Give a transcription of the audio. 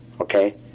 okay